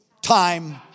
time